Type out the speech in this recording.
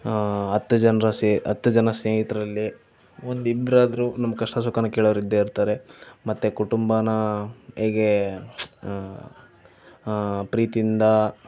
ಹತ್ತು ಜನರ ಸೆ ಹತ್ತು ಜನ ಸ್ನೇಹಿತರಲ್ಲಿ ಒಂದಿಬ್ಬರಾದ್ರೂ ನಮ್ಮ ಕಷ್ಟ ಸುಖಾನ ಕೇಳೋರು ಇದ್ದೇ ಇರ್ತಾರೆ ಮತ್ತು ಕುಟುಂಬನ ಹೇಗೆ ಪ್ರೀತಿಯಿಂದ